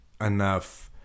enough